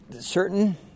certain